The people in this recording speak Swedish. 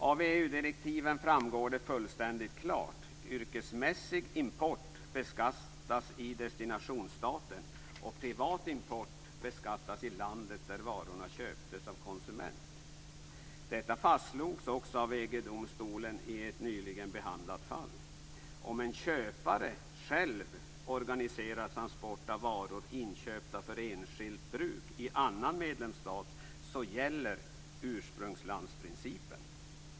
Av EU-direktiven framgår det fullständigt klart att yrkesmässig import beskattas i destinationsstaten och att privat import beskattas i landet där varorna köptes av konsument. Detta fastslogs också av EG domstolen i ett nyligen behandlat fall. Om en köpare själv organiserar transport av varor, inköpta för enskilt bruk i annan medlemsstat, gäller ursprungslandsprincipen.